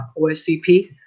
oscp